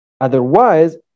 otherwise